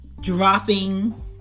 dropping